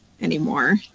anymore